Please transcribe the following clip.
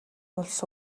улс